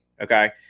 okay